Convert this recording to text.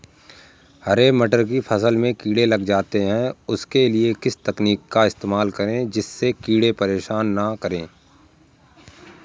हरे मटर की फसल में कीड़े लग जाते हैं उसके लिए किस तकनीक का इस्तेमाल करें जिससे कीड़े परेशान ना कर सके?